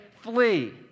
flee